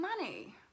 money